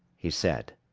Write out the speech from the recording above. he said.